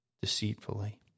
deceitfully